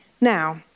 Now